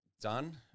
done